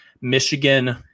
Michigan